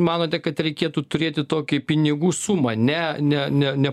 manote kad reikėtų turėti tokį pinigų sumą ne ne ne ne